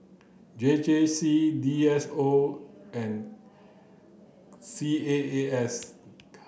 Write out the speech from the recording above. J J C D S O and C A A S